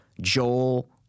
Joel